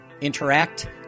interact